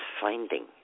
finding